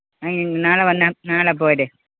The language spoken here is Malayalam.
ആ ഇന്നാൾ വന്ന നാളെ പോര്